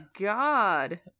God